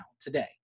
today